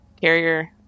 carrier